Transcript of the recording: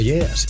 Yes